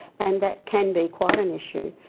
and that can be quite an issue,